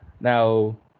Now